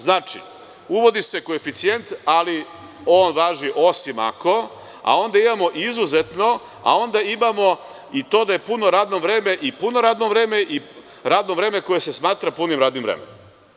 Znači, uvodi se koeficijent, ali on važi - osim ako, a onda imamo - izuzetno, a onda imamo i to da je puno radno vreme i puno radno vreme i radno vreme koje se smatra punim radnim vremenom.